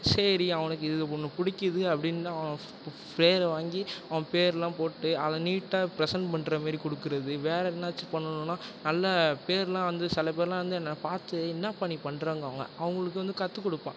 சரி அவனுக்கு இது ஒன்று பிடிக்கிது அப்படின்னு அவன் பேரை வாங்கி அவன் பேர்லாம் போட்டு அதை நீட்டாக ப்ரசெண்ட் பண்ணுற மாரி கொடுக்குறது வேறு என்னாச்சும் பண்ணணுன்னா நல்ல பேர்லாம் வந்து சில பேர்லாம் வந்து என்ன பார்த்து என்னப்பா நீ பண்ணுறங்குவாங்க அவங்களுக்கு வந்து கற்று கொடுப்பேன்